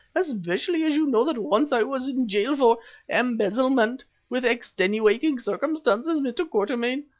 especially as you know that once i was in jail for embezzlement with extenuating circumstances, mr. quatermain.